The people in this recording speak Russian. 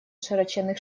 широченных